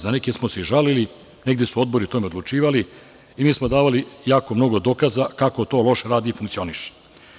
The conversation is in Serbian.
Za neke smo se i žalili, negde su odbori o tome odlučivali i mi smo davali jako mnogo dokaza kako to loše radi i funkcioniše.